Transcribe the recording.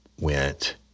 went